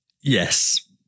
Yes